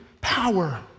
power